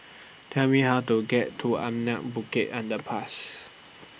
Tell Me How to get to Anak Bukit Underpass